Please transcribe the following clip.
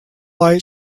light